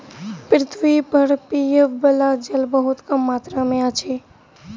पृथ्वी पर पीबअ बला जल बहुत कम मात्रा में अछि